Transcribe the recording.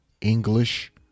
English